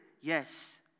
Yes